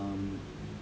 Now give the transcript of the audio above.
um